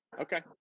Okay